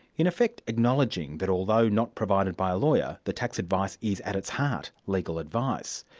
in effect, acknowledging that although not provided by a lawyer, the tax advice is, at its heart, legal advice.